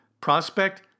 prospect